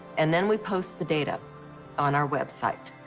and then we post the data on our website.